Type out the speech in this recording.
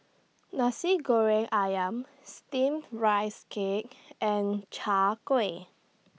Nasi Goreng Ayam Steamed Rice Cake and Chai Kuih